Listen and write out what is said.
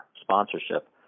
sponsorship